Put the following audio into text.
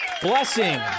blessing